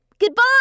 Goodbye